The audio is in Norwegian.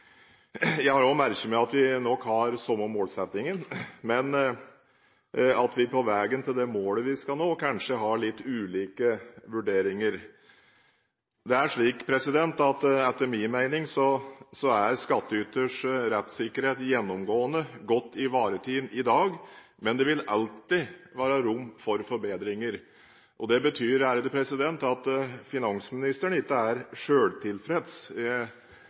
Jeg har også merket meg at vi nok har samme målsetting, men at vi på veien til det målet vi skal nå, kanskje har litt ulike vurderinger. Etter min mening er skatteyters rettssikkerhet gjennomgående godt ivaretatt i dag, men det vil alltid være rom for forbedringer. Det betyr at finansministeren ikke er